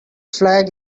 flag